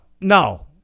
No